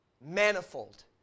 Manifold